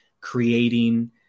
creating